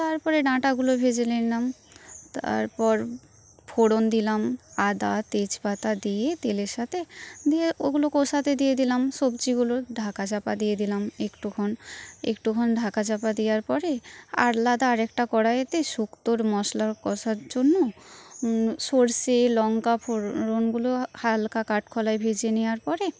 তারপরে ডাঁটাগুলো ভেজে নিলাম তারপর ফোঁড়ন দিলাম আদা তেজপাতা দিয়ে তেলের সাথে দিয়ে ওগুলো কষাতে দিয়ে দিলাম সবজিগুলো ঢাকা চাপা দিয়ে দিলাম একটুক্ষণ একটুক্ষণ ঢাকা চাপা দেওয়ার পরে আরলাদা আরেকটা কড়াইতে সুক্তোর মশলা কষার জন্য সরষে লংকা ফোঁড়নগুলো হালকা কাঠ কলাই ভেজে নেওয়ার পরে